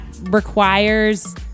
requires